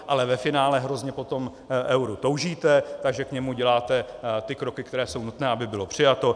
Ale ve finále hrozně po tom euru toužíte, takže k němu děláte kroky, které jsou nutné, aby bylo přijato.